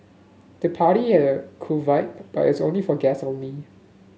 the party had a cool vibe but as only for guests only